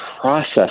process